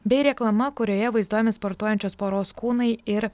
bei reklama kurioje vaizduojami sportuojančios poros kūnai ir